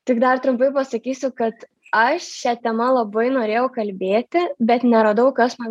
tik dar trumpai pasakysiu kad aš šia tema labai norėjau kalbėti bet neradau kas man